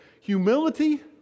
Humility